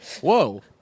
Whoa